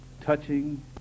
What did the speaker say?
touching